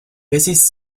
wessis